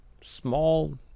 small